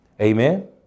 Amen